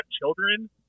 children